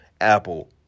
Apple